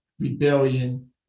rebellion